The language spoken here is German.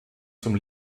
zum